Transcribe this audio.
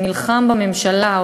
שנלחם בממשלה,